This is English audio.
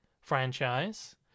franchise